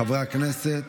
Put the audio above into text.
חברי הכנסת,